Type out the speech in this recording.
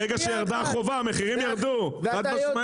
כאשר ירדה החובה המחירים ירדו חד-משמעית.